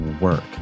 work